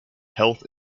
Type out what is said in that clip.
health